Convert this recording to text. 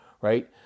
right